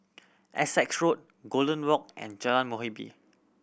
Essex Road Golden Walk and Jalan Muhibbah